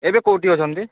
ଏବେ କେଉଁଠି ଅଛନ୍ତି